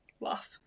laugh